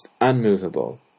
unmovable